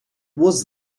was